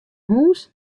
hûs